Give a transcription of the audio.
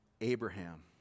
Abraham